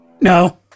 No